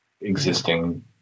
existing